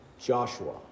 Joshua